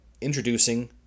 introducing